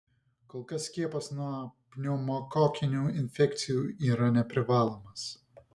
kol kas skiepas nuo pneumokokinių infekcijų yra neprivalomas